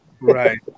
Right